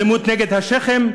אלימות נגד השיח'ים,